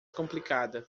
complicada